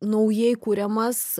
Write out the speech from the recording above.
naujai kuriamas